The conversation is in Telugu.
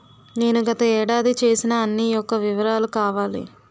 నేను గత ఏడాది చేసిన అన్ని యెక్క వివరాలు కావాలి?